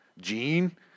gene